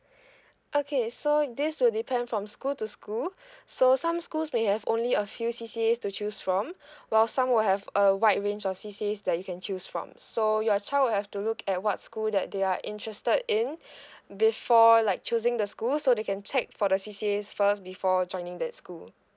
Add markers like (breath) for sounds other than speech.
(breath) okay so this would depend from school to school (breath) so some schools may have only a few C_C_A to choose from (breath) while some will have a wide range of C_C_A that you can choose from so your child will have to look at what school that they are interested in (breath) before like choosing the school so they can check for the C_C_A first before joining the school